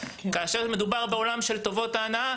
כאשר מדובר בעולם של טובות ההנאה,